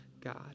God